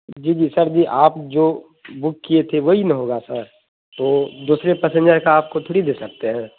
جی جی سر جی آپ جو بک کیے تھے وہی نا ہوگا سر تو دوسرے پیسینجر کا آپ کو تھوڑی دے سکتے ہیں